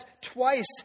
twice